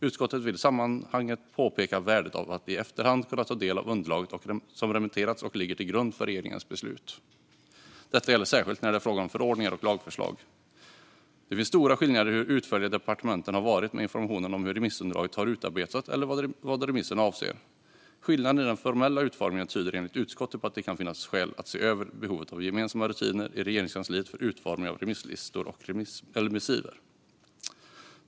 Utskottet vill i sammanhanget peka på värdet av att i efterhand kunna ta del av det underlag som remitteras och ligger till grund för regeringens beslut. Detta gäller särskilt när det är fråga om förordningar och lagförslag. Det finns stora skillnader i hur utförliga departementen har varit med information om hur remissunderlaget har utarbetats eller vad remisserna avser. Skillnaderna i den formella utformningen tyder enligt utskottet på att det kan finnas skäl att se över behovet av gemensamma rutiner i Regeringskansliet för utformningen av remisslistor och missiv.